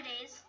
days